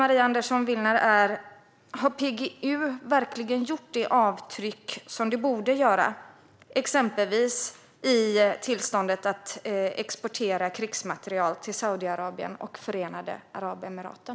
Maria Andersson Willner, är: Har PGU verkligen gjort det avtryck som det borde göra, exempelvis på tillståndet att exportera krigsmateriel till Saudiarabien och Förenade Arabemiraten?